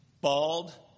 bald